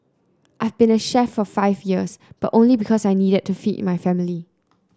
I've been a chef for five years but only because I needed to feed my family